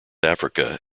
africa